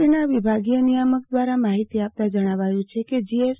ટીના વિભાગીય નિયામક દ્રારા માહિતી આપતા જણાવ્યુ છે કે જીએસ